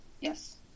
Yes